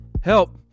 help